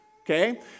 okay